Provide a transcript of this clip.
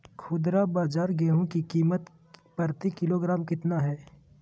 खुदरा बाजार गेंहू की कीमत प्रति किलोग्राम कितना है?